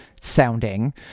sounding